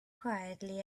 quietly